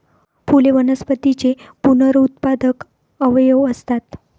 फुले वनस्पतींचे पुनरुत्पादक अवयव असतात